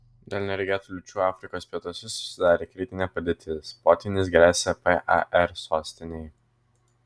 dėl neregėtų liūčių afrikos pietuose susidarė kritinė padėtis potvynis gresia par sostinei